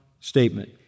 statement